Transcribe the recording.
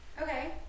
okay